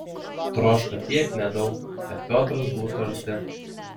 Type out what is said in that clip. troško tiek nedaug kad piotras būtų arti